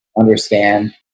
understand